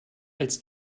als